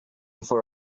for